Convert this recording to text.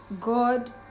god